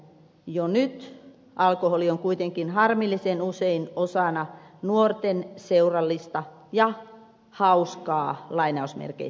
jo nyt alkoholi on kuitenkin harmillisen usein osana nuorten seurallista ja hauskaa elämää